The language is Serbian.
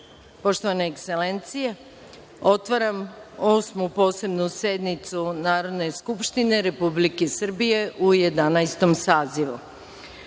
poštovane ekselencije, otvaram Osmu posebnu sednicu Narodne skupštine Republike Srbije u Jedanaestom